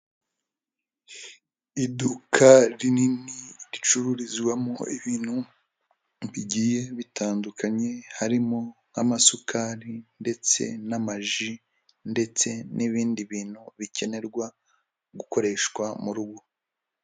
Iduka rinini ricururizwamo ibintu bigiye bitandukanye harimo nk'amasukari ndetse n'amaji ndetse n'ibindi bintu bikenerwa gukoreshwa mu rugo.